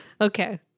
Okay